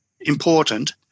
important